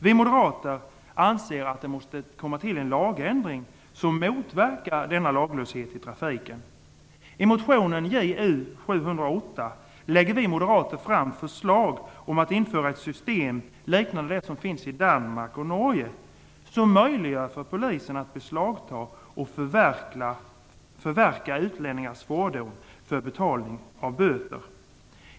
Vi moderater anser att det måste komma till en lagändring som motverkar denna laglöshet i trafiken. I motionen Ju708 lägger vi moderater fram förslag om att införa ett system liknande det som finns i Danmark och Norge, som möjliggör för polisen att beslagta och förverka utlänningars fordon för betalning av böter.